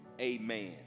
amen